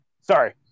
sorry